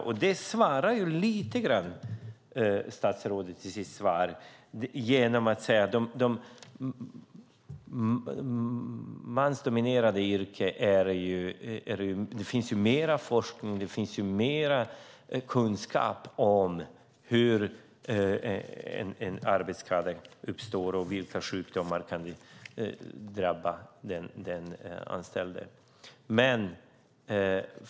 Statsrådet säger lite grann om det när han säger att det finns mer forskning, mer kunskap, om de mansdominerade yrkena, om hur en arbetsskada uppstår och vilka sjukdomar som kan drabba den anställde.